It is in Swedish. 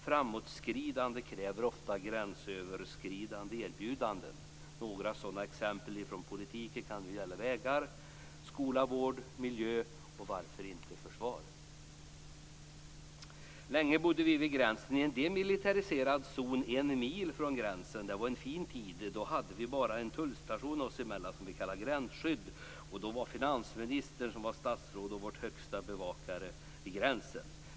Framåtskridande kräver ofta gränsöverskridande erbjudanden. Några sådan exempel från politiken kan gälla vägar, skola, vård, miljö och varför inte försvar. Länge bodde vi vid gränsen i en demilitariserad zon som sträckte sig en mil från gränsen. Det var en fin tid. Då hade vi bara en tullstation oss emellan som vi kallade gränsskydd. Då var finansministern vår högsta bevakare vid gränsen.